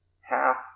half